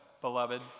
beloved